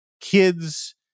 kids